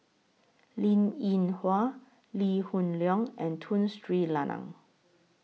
Linn in Hua Lee Hoon Leong and Tun Sri Lanang